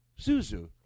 Zuzu